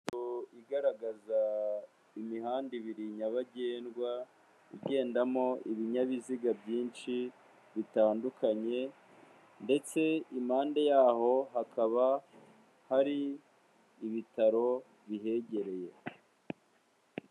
Ifoto igaragaza imihanda ibiri nyabagendwa igendamo ibinyabiziga byinshi bitandukanye ndetse impande yaho hakaba hari ibitaro bihegereye.